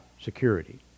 security